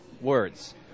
words